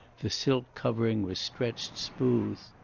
the silk covering was stretched smooth.